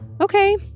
okay